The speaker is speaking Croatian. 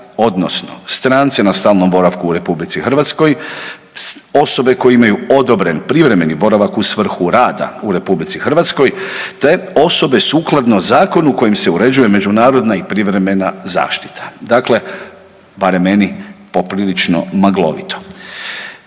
odnosno strance na stalnom boravku u RH, osobe koje imaju odobren privremeni boravak u svrhu rada u RH, te osobe sukladno zakonu kojim se uređuje međunarodna i privremena zaštita. Dakle, barem meni, poprilično maglovito.